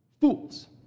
fools